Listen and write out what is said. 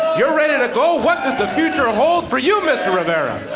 you're ready to go. what does the future hold for you mister rivera?